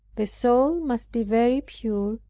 the soul must be very pure,